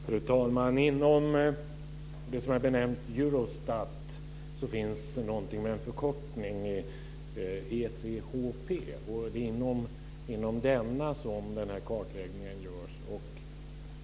Fru talman! Inom det som benämns Eurostat finns något som förkortas ECHP, inom vilket denna kartläggning görs.